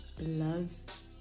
loves